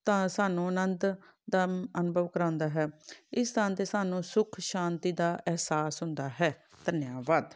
ਤਾਂ ਸਾਨੂੰ ਆਨੰਦ ਦਾ ਅਨੁਭਵ ਕਰਾਉਂਦਾ ਹੈ ਇਸ ਸਥਾਨ 'ਤੇ ਸਾਨੂੰ ਸੁੱਖ ਸ਼ਾਂਤੀ ਦਾ ਅਹਿਸਾਸ ਹੁੰਦਾ ਹੈ ਧੰਨਵਾਦ